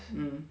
um